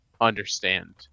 understand